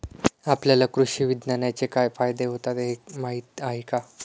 आपल्याला कृषी विज्ञानाचे काय फायदे होतात हे माहीत आहे का?